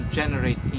generate